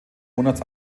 monats